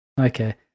okay